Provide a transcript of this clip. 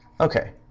okay